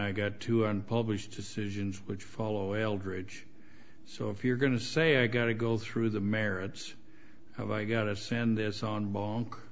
i got to unpublished decisions which follow eldridge so if you're going to say i got to go through the merits of i got to send this on lon